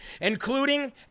Including